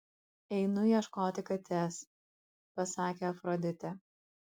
einu ieškoti katės pasakė afroditė